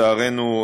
לצערנו,